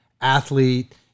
athlete